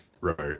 right